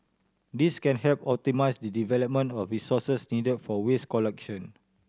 this can help optimise the deployment of resources needed for waste collection